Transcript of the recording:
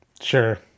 Sure